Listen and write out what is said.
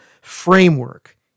framework